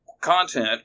content